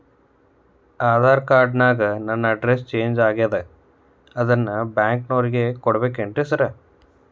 Aadhaar card ನ್ಯಾಗ ನನ್ address change ಆಗ್ಯಾದ ಅದನ್ನ ಬ್ಯಾಂಕಿನೊರಿಗೆ ಕೊಡ್ಬೇಕೇನ್ರಿ ಸಾರ್?